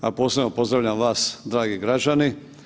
Posebno pozdravljam vas dragi građani.